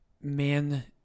man